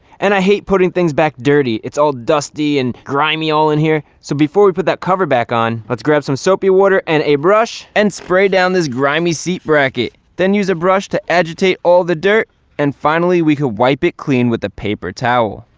and i hate putting things back dirty. it's all dusty and grimy all in here so before we put that cover back on, let's grab some soapy water and a brush and spray down this grimy seat bracket then use a brush to agitate all the dirt and finally, we could wipe it clean with a paper towel.